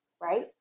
right